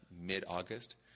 mid-August